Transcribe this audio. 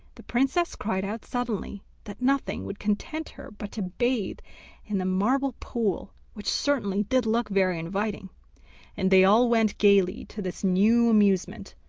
the princess cried out suddenly that nothing would content her but to bathe in the marble pool, which certainly did look very inviting and they all went gaily to this new amusement.